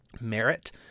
merit